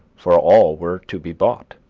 for all were to be bought,